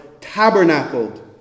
tabernacled